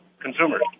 consumers